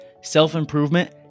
self-improvement